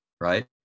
right